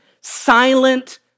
silent